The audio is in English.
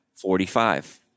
forty-five